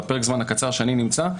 בפרק הזמן הקצר שאני נמצא,